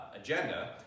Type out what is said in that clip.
agenda